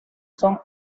son